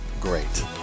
great